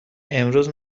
امروز